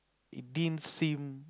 it didn't seem